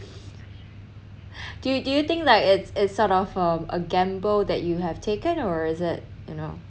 do you do you think like it's it's sort of a gamble that you have taken or is it you know